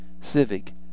civic